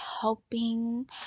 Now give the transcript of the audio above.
helping